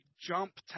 jump